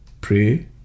pray